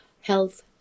health